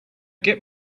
get